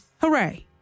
Hooray